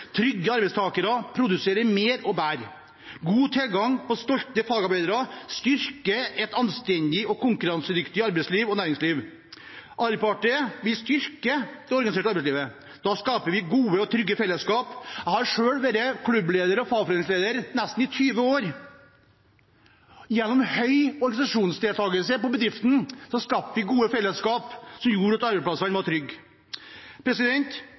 Trygge arbeidstakere produserer mer og bedre. God tilgang på stolte fagarbeidere styrker et anstendig og konkurransedyktig arbeidsliv og næringsliv. Arbeiderpartiet vil styrke det organiserte arbeidslivet. Da skaper vi gode og trygge fellesskap. Jeg har selv vært klubbleder og fagforeningsleder i nesten 20 år. Gjennom høy organisasjonsdeltakelse i bedriften skapte vi gode fellesskap som gjorde at arbeidsplassene var trygge.